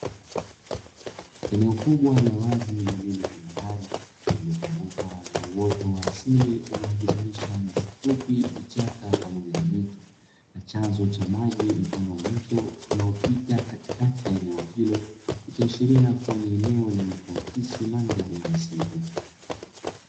Eneo kubwa la wazi lililotambarare lililozungukwa na uoto wa asili unaojumuisha nyasi fupi, vichaka pamoja na miti, na chanzo cha maji mfano wa mto unaopita katikati ya eneo hilo; ikiashiria kuwa ni eneo lenye kuaakisi mandhari ya msitu.